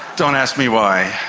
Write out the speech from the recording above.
don't ask me why.